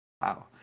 Wow